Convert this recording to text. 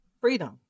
freedom